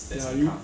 ya you